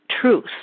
truth